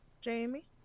jamie